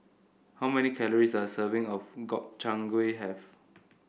how many calories does a serving of Gobchang Gui have